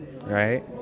right